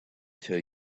tell